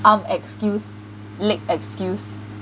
um excuse leg excuse